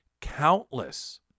Countless